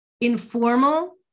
informal